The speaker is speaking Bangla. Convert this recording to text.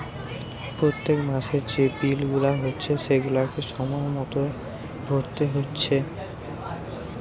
পোত্তেক মাসের যে বিল গুলা হচ্ছে সেগুলাকে সময় মতো ভোরতে হচ্ছে